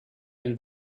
den